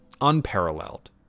unparalleled